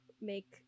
make